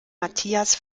matthias